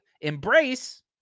Embrace